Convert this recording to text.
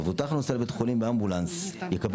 מבוטח הנוסע לבית חולים באמבולנס יקבל